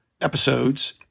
episodes